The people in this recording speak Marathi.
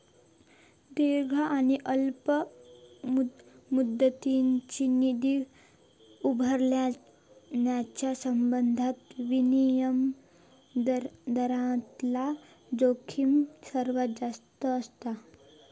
दीर्घ आणि अल्प मुदतीचो निधी उभारण्याच्यो संबंधात विनिमय दरातला जोखीम सर्वात जास्त असता